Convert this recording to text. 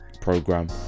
program